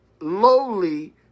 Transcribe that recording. lowly